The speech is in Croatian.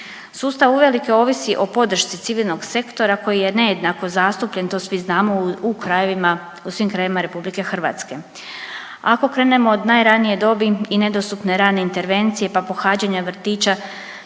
Sustav uvelike ovisi o podršci civilnog sektora koji je nejednako zastupljen to svi znamo u krajevima, u svim krajevima RH. Ako krenemo od najranije dobi i nedostupne rane intervencije, pa pohađanja vrtića